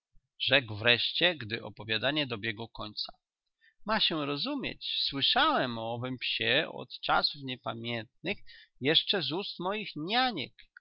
rzekł wreszcie gdy opowiadanie dobiegło końca ma się rozumieć słyszałem o owym psie od czasów niepamiętnych jeszcze z ust moich